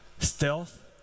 Stealth